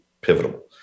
pivotal